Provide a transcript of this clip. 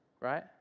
right